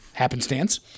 happenstance